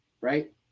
right